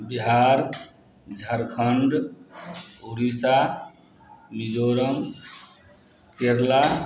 Bihar Jharkhand Odisha Mizoram Kerala